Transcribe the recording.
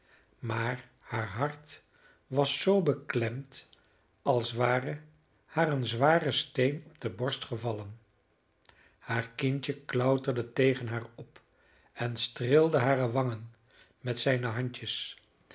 maar haar hart was zoo beklemd als ware haar een zware steen op de borst gevallen haar kindje klauterde tegen haar op en streelde hare wangen met zijne handjes